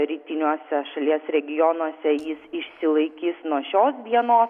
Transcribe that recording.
rytiniuose šalies regionuose jis išsilaikys nuo šios dieno